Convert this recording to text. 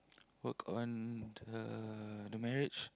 work on the the marriage